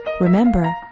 Remember